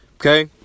Okay